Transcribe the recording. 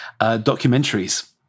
documentaries